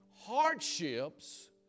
Hardships